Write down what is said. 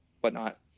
whatnot